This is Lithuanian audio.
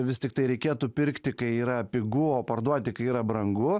vis tiktai reikėtų pirkti kai yra pigu o parduoti kai yra brangu